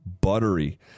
buttery